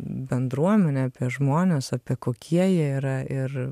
bendruomenę apie žmones apie kokie jie yra ir